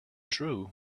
true